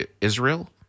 Israel